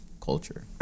culture